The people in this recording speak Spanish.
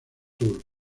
tour